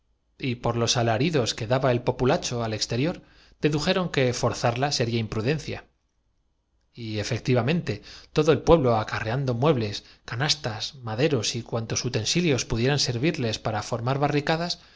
y por los alaridos quedaba el populacho precipitaron por la abertura pasan al exterior dedujeron que forzarla sería imprudencia do por encima de cadáveres abrasados por la erupción y efectivamente todo el pueblo acarreando muebles y desatendiendo los ayes de los moribundos y la des canastas maderos y cuantos utensilios pudieran ser esperación de los vivos virles para formar barricadas